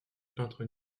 peintre